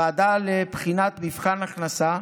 ועדה לבחינת מבחן הכנסה,